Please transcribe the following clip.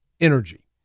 energy